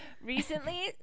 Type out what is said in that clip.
recently